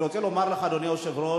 אני רוצה לומר לך, אדוני היושב-ראש,